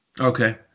Okay